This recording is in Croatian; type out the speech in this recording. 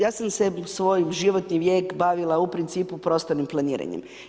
Ja sam se svoj životni vijek bavila u principu prostornim planiranjem.